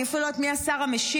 אני אפילו לא יודעת מי השר המשיב.